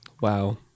Wow